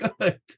good